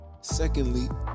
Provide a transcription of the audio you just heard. Secondly